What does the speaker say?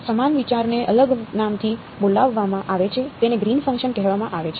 સમાન વિચારને અલગ નામથી બોલાવવામાં આવે છે તેને ગ્રીન ફંકશન કહેવામાં આવે છે